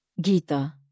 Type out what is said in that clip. Gita